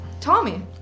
Tommy